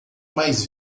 mais